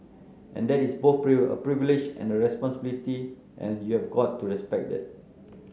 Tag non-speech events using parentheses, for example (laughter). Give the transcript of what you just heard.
and that is both a (unintelligible) privilege and a responsibility and you've got to respect that